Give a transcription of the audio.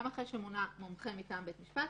גם אחרי שמונה מומחה מטעם בית משפט,